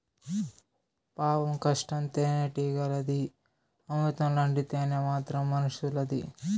పాపం కష్టం తేనెటీగలది, అమృతం లాంటి తేనె మాత్రం మనుసులది